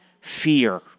fear